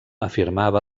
afirmava